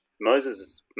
Moses